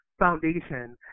foundation